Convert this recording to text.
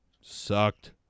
sucked